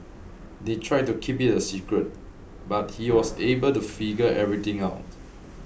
they tried to keep it a secret but he was able to figure everything out